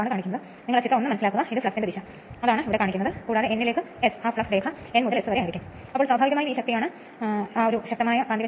മുഴുവൻ നിർമ്മാണ ബാറുകളും അവസാന വളയങ്ങളും സ്ക്വിറൽ കൂട്ടിനോട് സാമ്യമുള്ളതാണ് അതിൽ നിന്നാണ് ഈ പേര് ഉരുത്തിരിഞ്ഞത്